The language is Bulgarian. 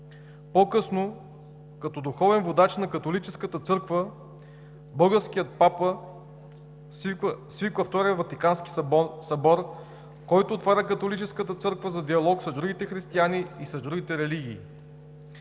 По-късно като духовен водач на Католическата църква българският папа свиква Втория ватикански събор, който отваря Католическата църква за диалог с другите християни и с другите религии.